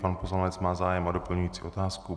Pan poslanec má zájem, má doplňující otázku.